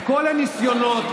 כל הניסיונות,